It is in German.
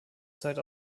zeit